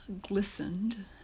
glistened